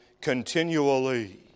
continually